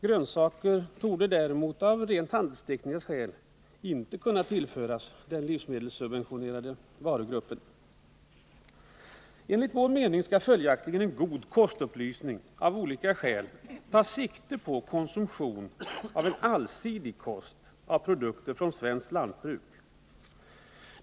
Grönsaker torde däremot av handelstekniska skäl inte kunna tillföras den livsmedels Enligt vår mening skall följaktligen en god kostupplysning av olika skäl ta sikte på konsumtion av en allsidig kost av produkter från svenskt lantbruk.